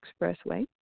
Expressway